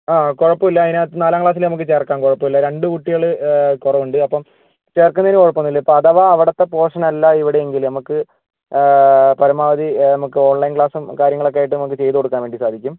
ആ കുഴപ്പം ഇല്ല അതിനകത്ത് നാലാം ക്ലാസിൽ നമുക്ക് ചേർക്കാം കുഴപ്പമില്ല രണ്ടു കുട്ടികൾ കുറവുണ്ട് അപ്പം ചേർക്കുന്നതിന് കുഴപ്പം ഒന്നും ഇല്ല ഇപ്പം അഥവാ അവിടത്തെ പോഷൻ അല്ല ഇവിടെ എങ്കിൽ നമുക്ക് പരമാവധി നമുക്ക് ഓൺലൈൻ ക്ലാസും കാര്യങ്ങളൊക്കെ ആയിട്ട് നമുക്ക് ചെയ്ത് കൊടുക്കാൻ വേണ്ടി സാധിക്കും